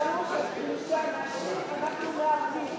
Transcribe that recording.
שלוש עד חמש נשים אנחנו מאבדים.